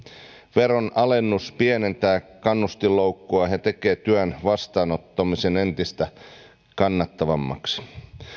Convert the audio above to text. veronalennus pienentää kannustinloukkua ja tekee työn vastaanottamisen entistä kannattavammaksi